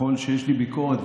ככל שיש לי ביקורת,